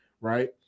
right